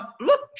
look